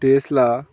Tesla